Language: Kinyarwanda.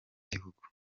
gihugu